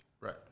Right